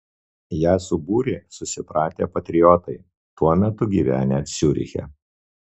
ją subūrė susipratę patriotai tuo metu gyvenę ciuriche